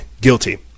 guilty